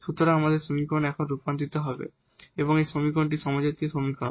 সুতরাং আমাদের সমীকরণ এখন রূপান্তরিত হবে এবং এই সমীকরণটি হোমোজিনিয়াস সমীকরণ